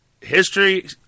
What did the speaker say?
history